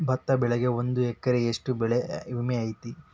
ಭತ್ತದ ಬೆಳಿಗೆ ಒಂದು ಎಕರೆಗೆ ಎಷ್ಟ ಬೆಳೆ ವಿಮೆ ಐತಿ?